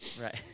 right